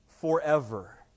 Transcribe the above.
forever